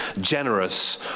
generous